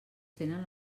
tenen